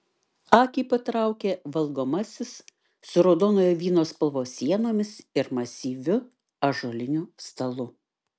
akį patraukė valgomasis su raudonojo vyno spalvos sienomis ir masyviu ąžuoliniu stalu